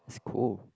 it's cool